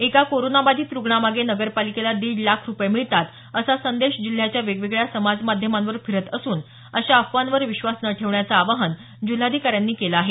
एका कोरोना बाधित रुग्णामागे नगरपालिकेला दीड लाख रुपये मिळतात असा संदेश जिल्ह्यात वेगवेगळ्या समाजमाध्यमांवर फिरत असून अशा अफवांवर विश्वास न ठेवण्याचं आवाहन जिल्हाधिकाऱ्यांनी केलं आहे